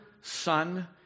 Son